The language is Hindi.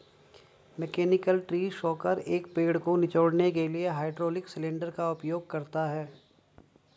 मैकेनिकल ट्री शेकर, एक पेड़ को निचोड़ने के लिए हाइड्रोलिक सिलेंडर का उपयोग करता है